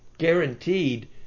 guaranteed